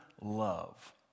love